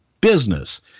business